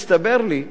הסתבר לי שבעולם,